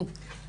הוא?